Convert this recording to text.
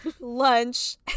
lunch